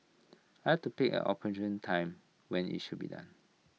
I had to pick an opportune time when IT should be done